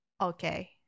okay